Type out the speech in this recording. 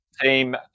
team